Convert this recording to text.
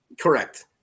Correct